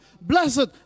Blessed